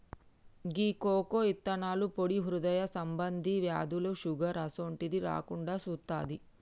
గీ cocoa ఇత్తనాల పొడి హృదయ సంబంధి వ్యాధులు, షుగర్ అసోంటిది రాకుండా సుత్తాది